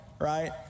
right